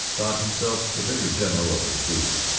thought himself the bigger general of the two.